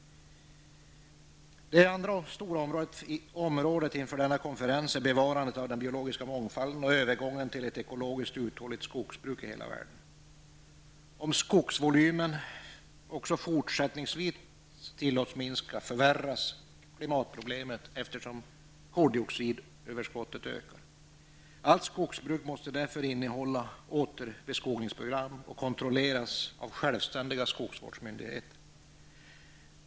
Det andra stora området inför nämnda konferens gäller bevarandet av den biologiska månfalden och övergången till ett ekologiskt uthålligt skogsbruk i hela världen. Om skogsvolymen också fortsättningsvis tillåts minska, förvärras klimatproblemet i och med att koldioxidöverskottet ökar. Allt skogsbruk måste därför innehålla återbeskogningsprogram och kontrolleras av självständiga skogsvårdsmyndigheter.